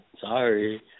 Sorry